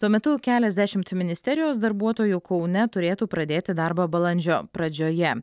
tuo metu keliasdešimt ministerijos darbuotojų kaune turėtų pradėti darbą balandžio pradžioje